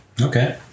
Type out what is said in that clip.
Okay